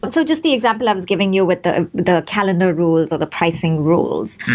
but so just the example i was giving you with the the calendar rules, or the pricing rules,